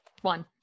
One